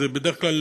זו בדרך כלל